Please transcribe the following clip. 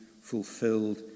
fulfilled